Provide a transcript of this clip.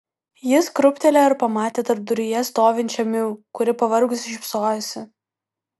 jis krūptelėjo ir pamatė tarpduryje stovinčią miu kuri pavargusi šypsojosi